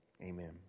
Amen